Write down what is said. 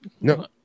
No